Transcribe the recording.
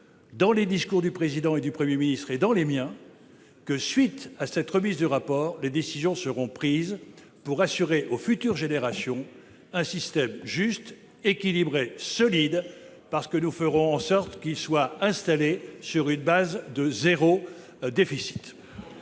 de la République, dans ceux du Premier ministre et dans les miens, que, à la suite de la remise de ce rapport, les décisions seront prises pour assurer aux futures générations un système juste, équilibré et solide, parce que nous ferons en sorte qu'il soit installé sur une base de zéro déficit.